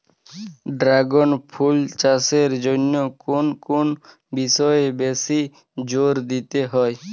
Dragon fruit চাষের জন্য কোন কোন বিষয়ে বেশি জোর দিতে হয়?